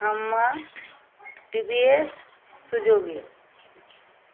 Yamaha TVS Suzuki